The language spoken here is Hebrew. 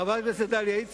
חברת הכנסת דליה איציק,